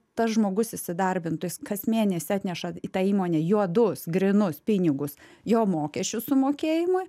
tas žmogus įsidarbintų jis kas mėnesį atneša į tą įmonę juodus grynus pinigus jo mokesčių sumokėjimui